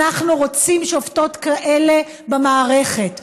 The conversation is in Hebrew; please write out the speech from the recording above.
אנחנו רוצים שופטות כאלה במערכת,